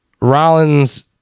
Rollins